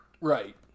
Right